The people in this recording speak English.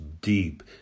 deep